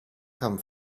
come